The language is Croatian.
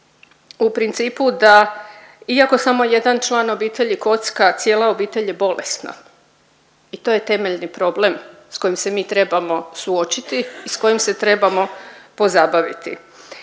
u principu da iako samo jedan član obitelji kocka, cijela obitelj je bolesna i to je temeljni problem s kojim se mi trebamo suočiti i s kojim se trebamo pozabaviti.